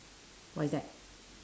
what is that